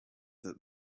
that